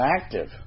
active